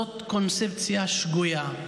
זאת קונספציה שגויה,